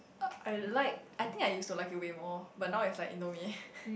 uh I like I think I used to like it way more but now is like indomie